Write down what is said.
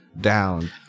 down